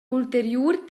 ulteriur